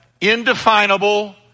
indefinable